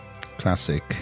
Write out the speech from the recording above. classic